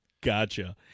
Gotcha